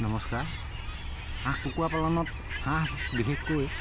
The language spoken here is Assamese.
নমস্কাৰ হাঁহ কুকুৰা পালনত হাঁহ বিশেষকৈ